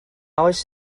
oes